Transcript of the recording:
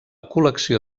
col·lecció